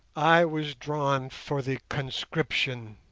i was drawn for the conscription.